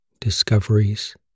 discoveries